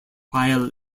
while